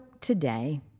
today